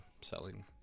selling